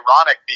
ironic